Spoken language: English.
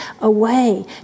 away